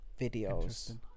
videos